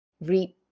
reap